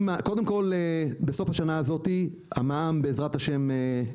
קודם כל בסוף השנה הזאת המע"מ בעזרת ה', בתחזית,